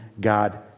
God